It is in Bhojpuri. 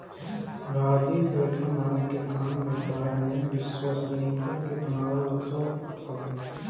भारतीय लेखा मानक के काम व्यापार में विश्वसनीयता के बनावल रखल हवे